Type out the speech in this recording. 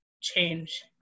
change